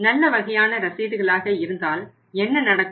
நல்ல வகையான ரசீதுகளாக இருந்தால் என்ன நடக்கும்